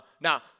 Now